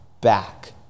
back